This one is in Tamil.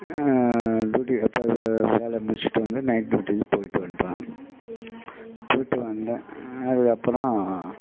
டூட்டி எப்போ வேலையை முடிச்சுட்டு வந்து நைட்டு டூட்டிக்கு போய்விட்டு வந்துட்டேன் போய்விட்டு வந்துதேன் அதுக்கப்புறம்